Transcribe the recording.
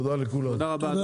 תודה לכולם, הישיבה נעולה.